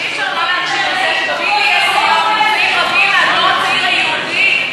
אי-אפשר שלא להקשיב לזה שב-BDS היום נמצאים רבים מהדור הצעיר היהודי.